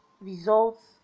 results